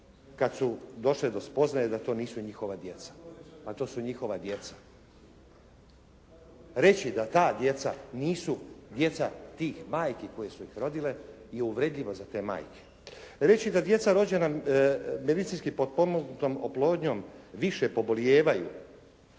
kad su došle do spoznaje da to nisu njihova djeca. Pa to su njihova djeca. Reći da ta djeca nisu djeca tih majki koje su ih rodile je uvredljivo za te majke. Reći da djeca rođena medicinski potpomognutom oplodnjom više pobolijevaju.